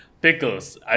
Pickles